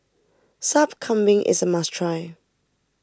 Sup Kambing is a must try